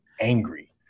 angry